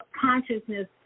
consciousness